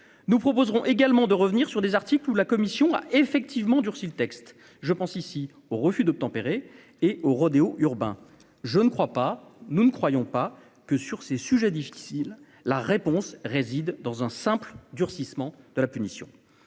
nous proposerons également de revenir sur des articles ou la commission a effectivement durci le texte, je pense ici au refus d'obtempérer et oh rodéo urbain, je ne crois pas, nous ne croyons pas que sur ces sujets difficiles la réponse réside dans un simple durcissement de la punition